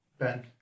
Ben